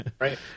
right